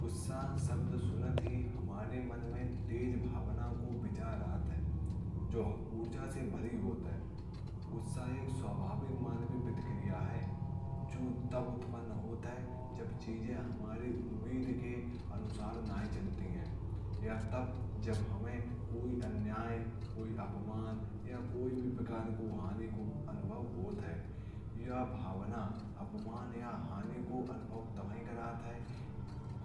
गुस्सा शब्द सुनते ही हमारे मन में तेज भावनाओं का विचार आता है। जो ऊर्जा से भरा होता है। गुस्सा एक स्वाभाविक मानवीय प्रतिक्रिया है। जो तब उत्पन्न होता है। जब चीज़ें हमारी उम्मीद के अनुसार नहीं चलतीं। या जब हमें कोई अन्याय अपमान या किसी भी प्रकार की हानि का अनुभव होता है। गुस्से के समय